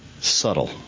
Subtle